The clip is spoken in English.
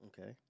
Okay